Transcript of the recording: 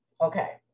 okay